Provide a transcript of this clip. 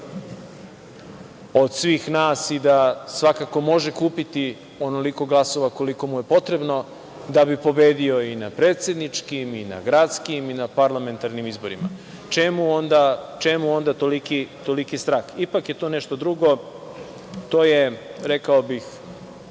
od svih nas i da, svakako može kupiti onoliko glasova koliko mu je potrebno da bi pobedio i na predsedničkim, i na gradskim, i na parlamentarnim izborima. Čemu onda toliki strah? Ipak je to nešto drugo. Rekao bih